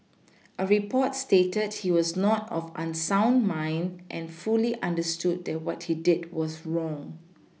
a report stated he was not of unsound mind and fully understood that what he did was wrong